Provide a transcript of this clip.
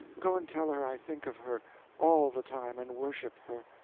go and tell her i think of her all the time, and worship her.